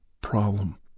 problem